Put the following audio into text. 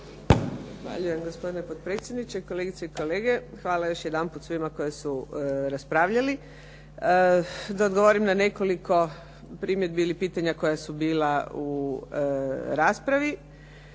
Hvala još jedanput svima koji su raspravljali. Da odgovorim na nekoliko primjedbi ili pitanja koja su bila u raspravi.